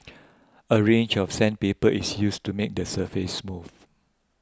a range of sandpaper is used to make the surface smooth